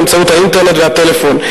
באמצעות האינטרנט והטלפון,